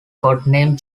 codename